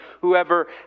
Whoever